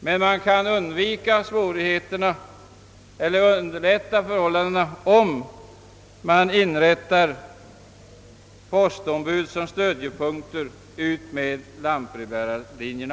Man kan för dessa undvika svårigheterna eller åtminstone underlätta förhållandena genom att inrätta postombud som stödjepunkter utmed lantbrevbärarlinjerna.